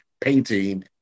Painting